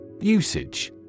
Usage